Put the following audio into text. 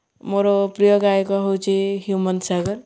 ମୋର ପ୍ରିୟ ଗାୟକ ହେଉଛି ହ୍ୟୁମନ୍ ସାଗର